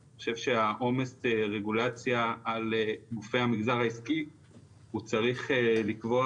אני חושב שעומס הרגולציה על המגזר העסקי הוא צריך לקבוע